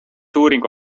uuringu